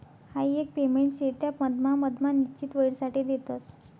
हाई एक पेमेंट शे त्या मधमा मधमा निश्चित वेळसाठे देतस